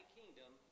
kingdom